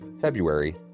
February